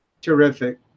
Terrific